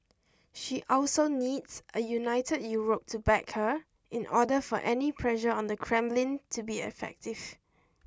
she also needs a united Europe to back her in order for any pressure on the Kremlin to be effective